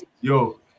yo